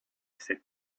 said